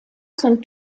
sont